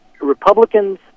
Republicans